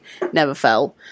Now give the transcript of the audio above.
Neverfell